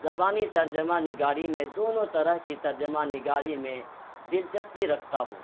زبانی ترجمہ نگاری میں دونوں طرح کی ترجمہ نگاری میں دلچسپی رکھتا ہوں